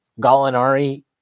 Gallinari